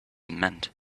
meant